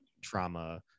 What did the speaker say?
trauma